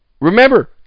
Remember